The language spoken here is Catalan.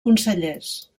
consellers